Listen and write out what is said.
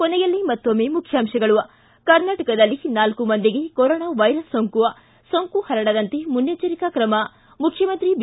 ಕೊನೆಯಲ್ಲಿ ಮತ್ತೊಮ್ಮೆ ಮುಖ್ಯಾಂಶಗಳು ಕ ಕರ್ನಾಟಕದಲ್ಲಿ ನಾಲ್ಲು ಮಂದಿಗೆ ಕೋರೊನಾ ವೈರಸ್ ಸೋಂಕು ಸೋಂಕು ಪರಡಂತೆ ಮುನ್ನೆಚ್ಚರಿಕಾ ಕ್ರಮ ಮುಖ್ಯಮಂತ್ರಿ ಬಿ